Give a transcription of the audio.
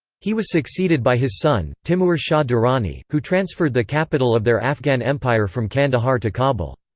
he was succeeded by his son, timur shah durrani, who transferred the capital of their afghan empire from kandahar to kabul.